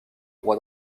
roi